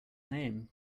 name